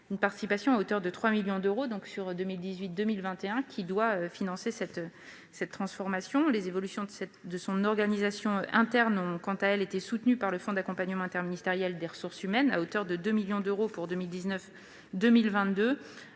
Une participation à hauteur de 3 millions d'euros sur 2018-2021 doit financer cette transformation. Les évolutions de son organisation interne ont, quant à elles, été soutenues par le fonds d'accompagnement interministériel des ressources humaines, à hauteur de 2 millions d'euros pour 2019-2022.